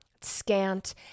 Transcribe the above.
scant